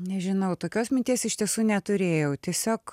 nežinau tokios minties iš tiesų neturėjau tiesiog